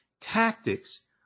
tactics